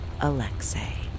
Alexei